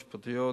משפטיות,